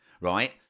right